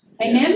Amen